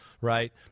right